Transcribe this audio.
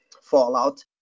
fallout